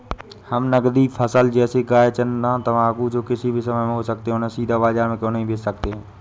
हम नगदी फसल जैसे गन्ना चाय तंबाकू जो किसी भी समय में हो सकते हैं उन्हें सीधा बाजार में क्यो नहीं बेच सकते हैं?